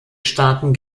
starten